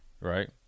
right